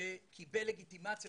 שקיבל לגיטימציה,